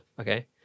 Okay